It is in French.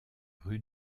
rue